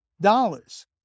Dollars